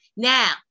Now